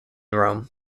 rome